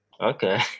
Okay